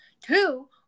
two